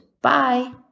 Bye